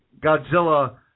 Godzilla